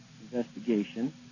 investigation